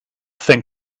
think